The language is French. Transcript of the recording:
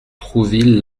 trouville